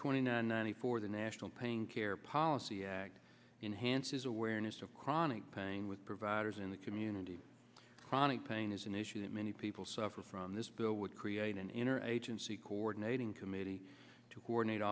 twenty nine ninety four the national pain care policy act enhanced his awareness of chronic pain with providers in the community chronic pain is an issue that many people suffer from this bill would create an inner agency coordinating committee to coordinate